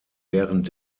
während